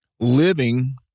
living